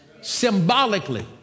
symbolically